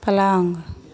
पलंग